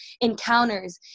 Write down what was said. encounters